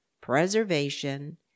preservation